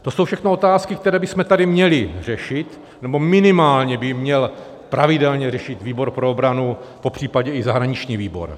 To všechno jsou otázky, které bychom tady měli řešit, nebo minimálně by měl pravidelně řešit výbor pro obranu, popřípadě i zahraniční výbor.